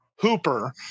Hooper